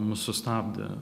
mus sustabdė